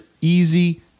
easy